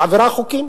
מעבירה חוקים,